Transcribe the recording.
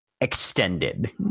extended